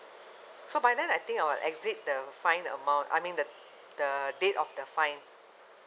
so by then I think I'll exit the fine amount I mean the the date of the fine